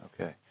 Okay